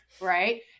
Right